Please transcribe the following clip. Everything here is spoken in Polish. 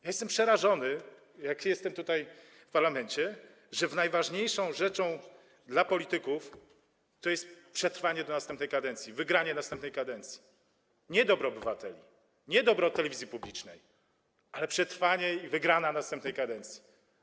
Jestem przerażony tym, odkąd jestem tutaj, w parlamencie, że najważniejszą rzeczą dla polityków jest przetrwanie do następnej kadencji, wygranie następnej kadencji, nie dobro obywateli, nie dobro telewizji publicznej, ale przetrwanie i wygrana następnej kadencji.